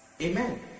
amen